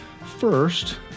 First